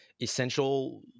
essential